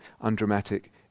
undramatic